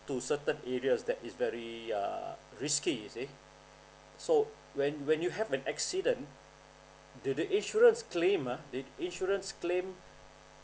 to certain areas that is very uh risky you see so when when you have an accident did the insurance claim ah the insurance claim